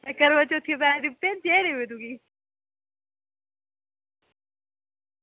ते करवाचौथी दे पैसे दित्ते दे न तुगी